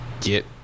get